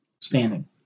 standing